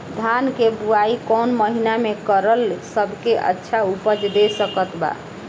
धान के बुआई कौन महीना मे करल सबसे अच्छा उपज दे सकत बा?